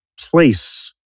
place